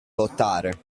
lottare